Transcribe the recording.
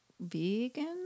vegan